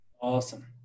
Awesome